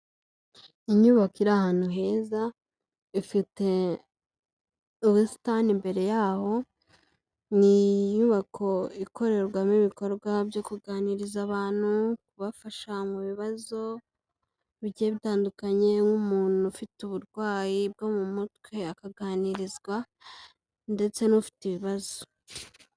Inyubako iri ahantu heza, ifite ubusitani imbere yaho, ni inyubako ikorerwamo ibikorwa byo kuganiriza abantu, kubafasha mu bibazo bigiye bitandukanye nk'umuntu ufite uburwayi bwo mu mutwe akaganirizwa ndetse n'ufite ibibazo.